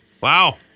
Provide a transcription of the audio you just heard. Wow